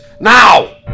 now